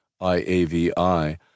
IAVI